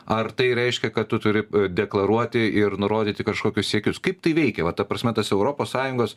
ar tai reiškia kad tu turi deklaruoti ir nurodyti kažkokius siekius kaip tai veikia vat ta prasme tas europos sąjungos